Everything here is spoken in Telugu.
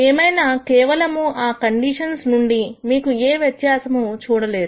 ఏమైనా కేవలము ఆ కండిషన్స్ నుండి మీకు ఏ వ్యత్యాసము మీరు చూడలేరు